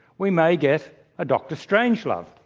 we may get a dr. strangelove.